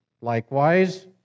Likewise